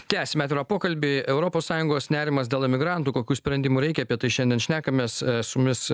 tęsime pokalbį europos sąjungos nerimas dėl imigrantų kokių sprendimų reikia apie tai šiandien šnekamės su jumis